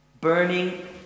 burning